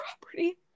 property